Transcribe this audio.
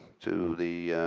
to the